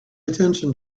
attention